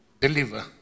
deliver